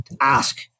ask